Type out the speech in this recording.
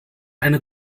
eine